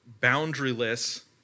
boundaryless